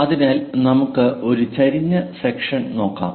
അതിനാൽ നമുക്ക് ഒരു ചെരിഞ്ഞ സെക്ഷൻ നോക്കാം